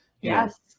yes